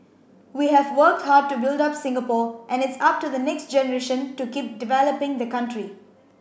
we have worked hard to build up Singapore and it's up to the next generation to keep developing the country